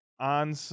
On